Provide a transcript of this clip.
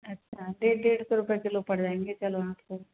अच्छा डेढ़ डेढ़ सौ रुपए किलो पड़ जायेंगे चलो आपको